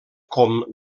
com